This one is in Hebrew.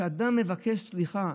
כשאדם מבקש סליחה,